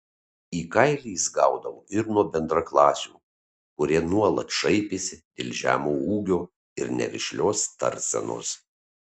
į kailį jis gaudavo ir nuo bendraklasių kurie nuolat šaipėsi dėl žemo ūgio ir nerišlios tarsenos